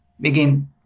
begin